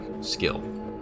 skill